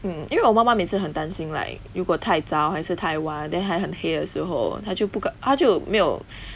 mm 因为我妈妈每次很担心 like 如果太早还是太晚 then 还很黑的时候她就不敢她就没有